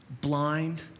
blind